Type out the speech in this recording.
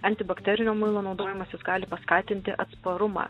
antibakterinio muilo naudojimas jis gali paskatinti atsparumą